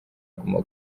guma